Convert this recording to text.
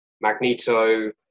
magneto